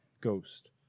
ghost